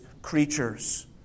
Creatures